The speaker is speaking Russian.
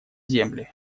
земли